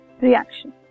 reaction